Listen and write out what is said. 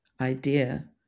idea